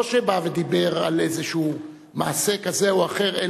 לא שהוא בא ודיבר על איזה נושא כזה או אחר,